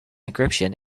encryption